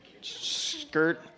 skirt